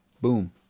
boom